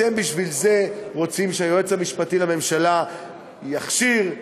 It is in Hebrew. אתם רוצים שהיועץ המשפטי לממשלה יכשיר,